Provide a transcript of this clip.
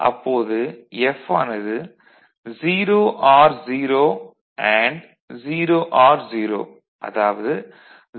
அப்போது F ஆனது 0 or 0 and 0 or 0 அதாவது 0 0